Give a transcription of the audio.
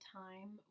time